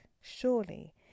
surely